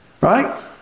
Right